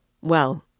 Well